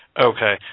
Okay